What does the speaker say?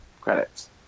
credits